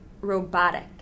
robotic